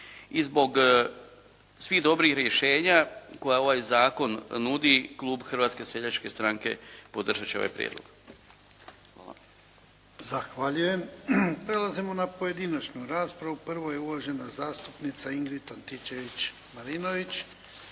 I zbog svih dobrih rješenja koja ovaj zakon nudi, klub Hrvatske seljačke stranke podržati će ovaj prijedlog. Hvala. **Jarnjak, Ivan (HDZ)** Zahvaljujem. Prelazimo na pojedinačnu raspravu. Prvo je uvažena zastupnica Ingrid Antičević Marinović.